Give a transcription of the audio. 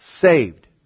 saved